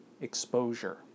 exposure